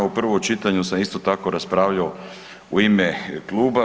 U prvom čitanju sam isto tako raspravljao u ime kluba.